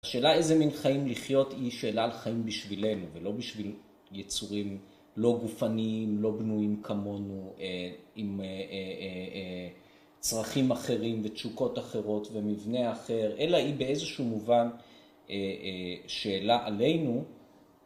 השאלה איזה מין חיים לחיות היא שאלה על חיים בשבילנו ולא בשביל יצורים לא גופניים, לא בנויים כמונו עם צרכים אחרים ותשוקות אחרות ומבנה אחר אלא היא באיזשהו מובן שאלה עלינו